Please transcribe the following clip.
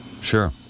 Sure